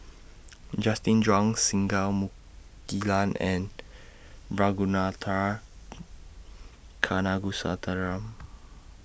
Justin Zhuang Singai Mukilan and Ragunathar Kanagasuntheram